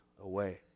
away